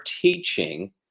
teaching